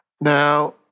Now